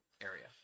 area